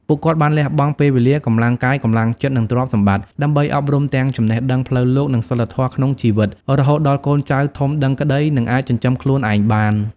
ពួកគាត់បានលះបង់ពេលវេលា កម្លាំងកាយ កម្លាំងចិត្ត និងទ្រព្យសម្បត្តិ ដើម្បីអប់រំទាំងចំណេះដឹងផ្លូវលោក និងសីលធម៌ក្នុងជីវិត រហូតដល់កូនចៅធំដឹងក្តី និងអាចចិញ្ចឹមខ្លួនឯងបាន។